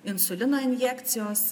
insulino injekcijos